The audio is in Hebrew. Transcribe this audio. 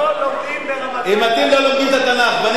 אם אתם לא לומדים את התנ"ך ואני לומד אותו,